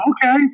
okay